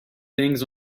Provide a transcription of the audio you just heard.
things